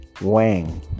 Wang